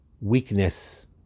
weakness